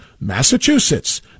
Massachusetts